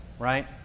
Right